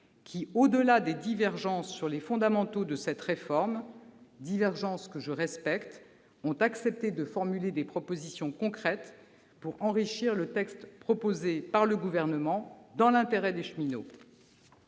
qui, au-delà des divergences sur les fondamentaux de cette réforme- divergences que je respecte -, ont accepté de formuler des propositions concrètes pour enrichir le texte proposé par le Gouvernement dans l'intérêt des cheminots.